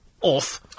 off